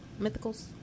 mythicals